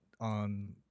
on